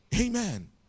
Amen